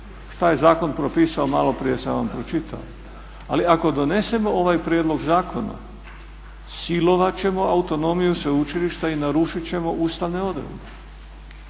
Šta je zakon propisao maloprije sam vam pročitao. Ali ako donesemo ovaj prijedlog zakona silovati ćemo autonomiju sveučilišta i narušiti ćemo ustavne odredbe.